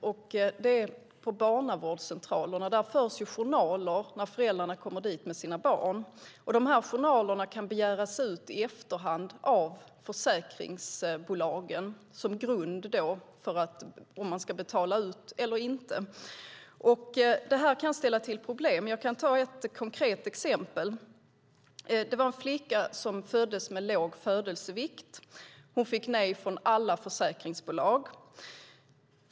Det är att det på barnavårdscentralerna förs journaler när föräldrarna kommer dit med sina barn. De här journalerna kan begäras ut i efterhand av försäkringsbolagen som grund för om man ska betala ut ersättning eller inte. Det här kan ställa till problem. Jag kan ta ett konkret exempel. Det var en flicka som föddes med låg födelsevikt. Hon fick nej från alla försäkringsbolag.